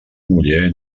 muller